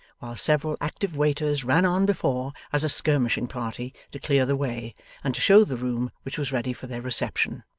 while several active waiters ran on before as a skirmishing party, to clear the way and to show the room which was ready for their reception.